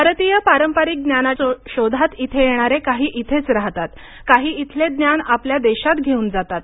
भारतीय पारंपरिक ज्ञानाच्या शोधात इथे येणारे काही इथेच राहतात काही इथले ज्ञान आपल्या देशात घेऊन जातात